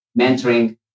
mentoring